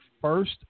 first